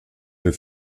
für